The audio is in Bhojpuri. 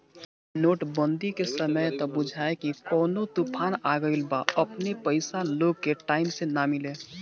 नोट बंदी के समय त बुझाए की कवनो तूफान आ गईल बा अपने पईसा लोग के टाइम से ना मिले